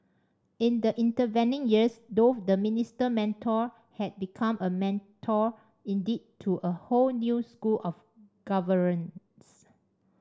in the intervening years though the Minister Mentor had become a mentor indeed to a whole new school of governance